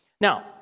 Now